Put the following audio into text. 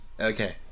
Okay